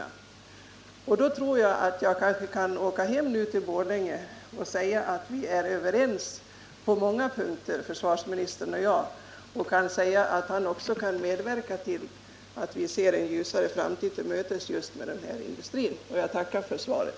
Men efter den här debatten tror jag att jag kan åka hem till Borlänge och säga att försvarsministern och jag är överens på många punkter och att försvarsministern vill medverka till att vi kan gå en ljusare framtid till mötes när det gäller denna industri. Jag tackar slutligen än en gång för svaret.